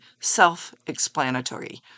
self-explanatory